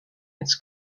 its